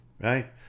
right